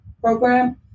program